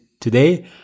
today